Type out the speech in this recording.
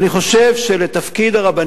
ואני חושב שלרבנים